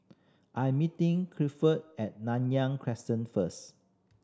I'm meeting Clifford at Nanyang Crescent first